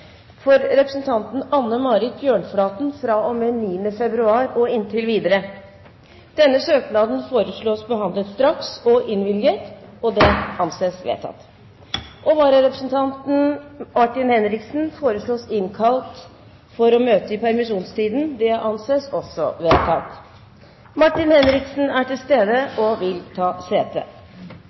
for representanten Anne Marit Bjørnflaten fra og med 9. februar og inntil videre. Etter forslag fra presidenten ble enstemmig besluttet: Søknaden behandles straks og innvilges. Vararepresentanten, Martin Henriksen, innkalles for å møte i permisjonstiden. Martin Henriksen er til stede og vil ta sete.